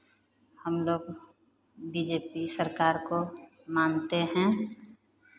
हमलोग B J P सरकार को मानते हैं